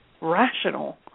rational